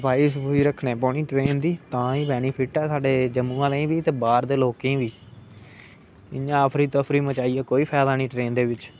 सफाई सफूई रक्खनी पौनी ट्रेन दी तां गै बेनीफिट ऐ साढ़े जम्मू आहले गी बी ते बाहर दे लोकें बी इयां अफरी तफरी मचाइयै कोई फायदा नी ट्रेन दे बिच